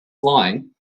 flying